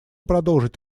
продолжить